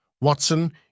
Watson